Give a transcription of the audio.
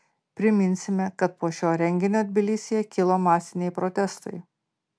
priminsime kad po šio renginio tbilisyje kilo masiniai protestai